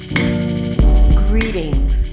Greetings